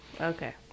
Okay